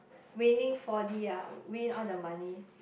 winning four-D ah win all the money